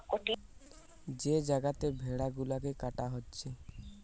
যে জাগাতে ভেড়া গুলাকে কাটা হচ্ছে